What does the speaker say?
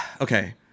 okay